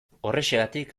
horrexegatik